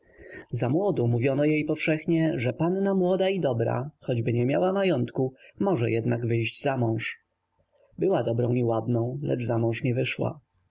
opinie zamłodu mówiono jej powszechnie że panna ładna i dobra choćby nie miała majątku może jednak wyjść zamąż była dobrą i ładną lecz zamąż nie wyszła